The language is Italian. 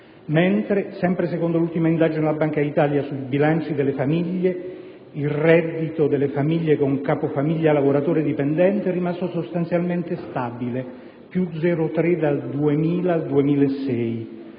Invece, sempre secondo l'ultima indagine della Banca d'Italia sui bilanci delle famiglie italiane, il reddito delle famiglie con capofamiglia lavoratore dipendente è rimasto sostanzialmente stabile (+ 0,3 per cento) dal 2000 al 2006,